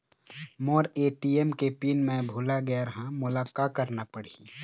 मोर ATM के PIN मैं भुला गैर ह, मोला का करना पढ़ही?